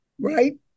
right